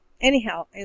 anyhow